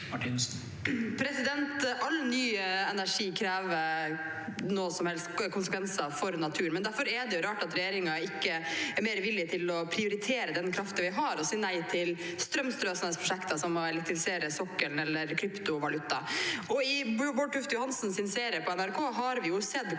All ny energi har noen konsekvenser for naturen. Derfor er det rart at regjeringen ikke er mer villig til å prioritere den kraften vi har, og si nei til strømsløsende prosjekter som å elektrifisere sokkelen, eller kryptovaluta. I Bård Tufte Johansens serie på NRK har vi sett